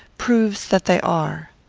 proves that they are.